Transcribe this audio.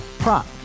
Prop